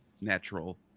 natural